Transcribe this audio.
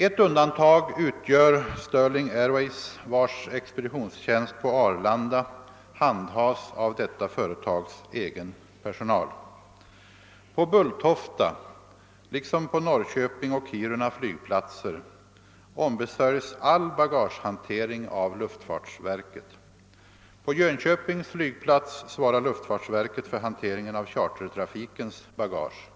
Ett undantag utgör Sterling Airways vars expeditionstjänst på Arlanda handhas av detta företags egen personal. På Bulltofta — liksom på Norrköpings och Kiruna flygplatser — ombesörjs all bagagehantering av luftfartsverket. På Jönköpings flygplats svarar luftfartsverket för hanteringen av chartertrafikens bagage.